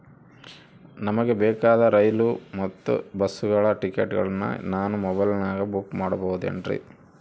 ನಮಗೆ ಬೇಕಾದ ರೈಲು ಮತ್ತ ಬಸ್ಸುಗಳ ಟಿಕೆಟುಗಳನ್ನ ನಾನು ಮೊಬೈಲಿನಾಗ ಬುಕ್ ಮಾಡಬಹುದೇನ್ರಿ?